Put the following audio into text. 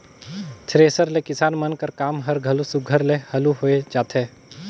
thresher ले किसान मन कर काम हर घलो सुग्घर ले हालु होए जाथे